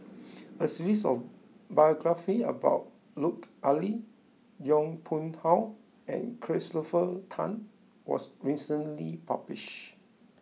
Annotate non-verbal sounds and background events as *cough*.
*noise* a series of biographies about Lut Ali Yong Pung How and Christopher Tan was recently published